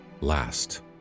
last